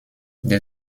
der